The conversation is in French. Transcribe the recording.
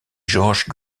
georges